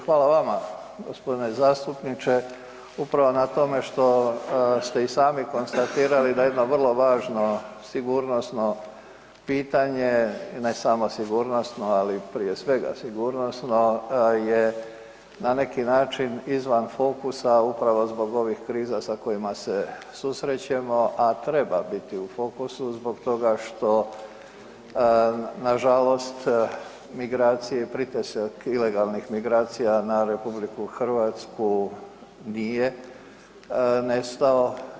Hvala vama g. zastupniče upravo na tome što ste i sami konstatirali da jedno vrlo važno sigurnosno pitanje, ne samo sigurnosno, ali prije svega sigurnosno je na neki način izvan fokusa upravo zbog ovih kriza sa kojima se susrećemo, a treba biti u fokusu zbog toga što nažalost migracije i pritisak ilegalnih migracija na RH nije nestao.